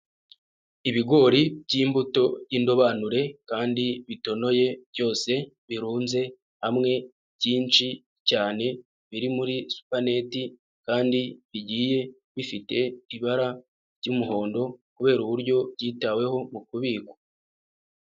Ibigori by'imbuto y'indobanure kandi bitonoye, byose birunze hamwe, byinshi cyane, biri muri supaneti kandi bigiye bifite ibara ry'umuhondo kubera uburyo byitaweho mu kubikwa.